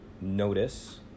notice